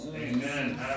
Amen